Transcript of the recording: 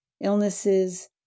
illnesses